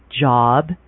job